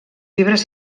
fibres